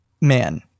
Man